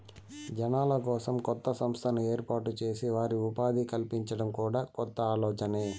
జనాల కోసం కొత్త సంస్థను ఏర్పాటు చేసి వారికి ఉపాధి కల్పించడం కూడా కొత్త ఆలోచనే